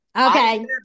Okay